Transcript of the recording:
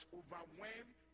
overwhelmed